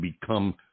become